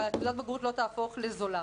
שתעודת הבגרות לא תהפוך לזולה.